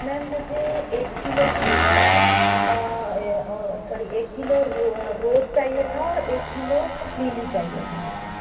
ma'am मुझे एक kilo गेंदा सॉरी एक किलो रोस चाहिए था और एक किलो लिली चाहिए था मैडम